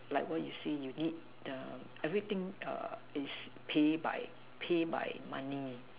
like what you said you eat the everything is paid by paid by money